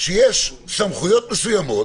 שיש סמכויות מסוימות,